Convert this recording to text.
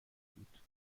بود